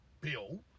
Bill